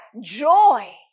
joy